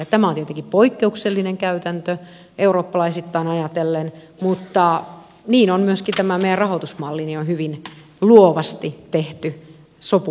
tämä on tietenkin poikkeuksellinen käytäntö eurooppalaisittain ajatellen mutta niin on myöskin tämä meidän rahoitusmallimme minun mielestäni on hyvin luovasti tehty sopu